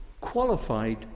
qualified